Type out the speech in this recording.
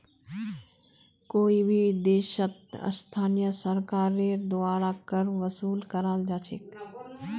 कोई भी देशत स्थानीय सरकारेर द्वारा कर वसूल कराल जा छेक